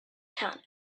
town